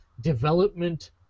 development